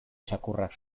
txakurrak